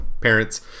parents